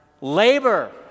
labor